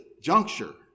juncture